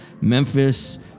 Memphis